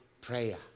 prayer